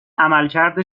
عملکرد